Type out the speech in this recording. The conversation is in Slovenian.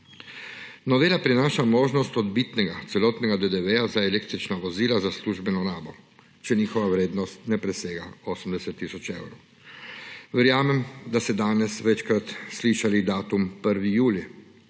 Novela prinaša možnost odbitnega celotnega DDV za električna vozila za službeno rabo, če njihova vrednost ne presega 80 tisoč evrov. Verjamem, da ste danes večkrat slišali datum 1. julij.